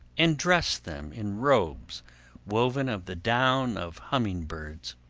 and dressed them in robes woven of the down of humming-birds